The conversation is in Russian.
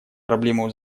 проблему